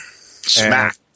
Smack